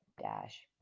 dash